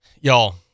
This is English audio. Y'all